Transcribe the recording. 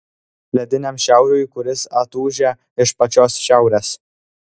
lediniam šiauriui kuris atūžia iš pačios šiaurės